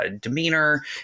demeanor